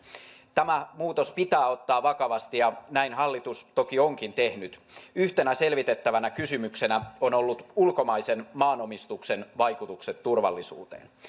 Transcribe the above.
tämä muutos pitää ottaa vakavasti ja näin hallitus toki onkin tehnyt yhtenä selvitettävänä kysymyksenä on ollut ulkomaisen maanomistuksen vaikutukset turvallisuuteen